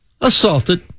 assaulted